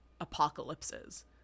apocalypses